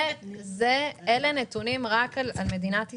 אלה נתונים רק על מדינת ישראל.